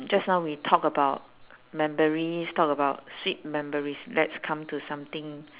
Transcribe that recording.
just now we talk about memories talk about sweet memories let's come to something